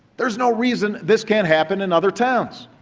there is no reason this can't happen in other towns.